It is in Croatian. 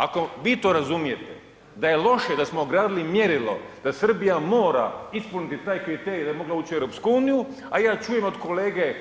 Ako vi to razumijete da je loše da smo odradili mjerilo da Srbija mora ispuniti taj kriterij da bi mogla ući u EU, a ja čujem od kolege